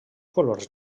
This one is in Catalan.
colors